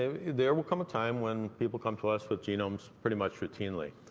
ah there will come a time when people come to us with genomes pretty much routinely.